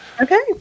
okay